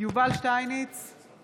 הקואליציה